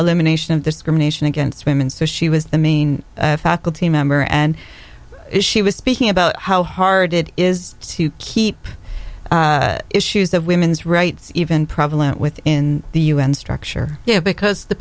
elimination of discrimination against women so she was the main faculty member and she was speaking about how hard it is to keep issues that women's rights even prevalent within the u n structure yeah because the